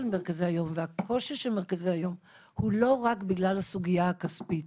מרכזי היום והקושי של מרכזי היום הוא לא רק בגלל הסוגיה הכספית,